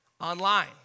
online